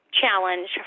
Challenge